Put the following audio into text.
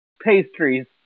pastries